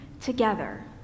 together